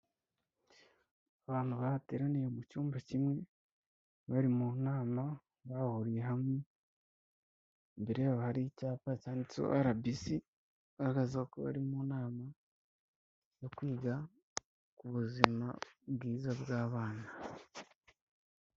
Abantu bateraniye mu cyumba kimwe, bari mu nama bahuriye hamwe, imbere yabo hari icyapa cyanditseho RBC, bigaragaza ko bari mu nama yo kwiga ku buzima bwiza bw'abana.